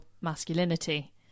masculinity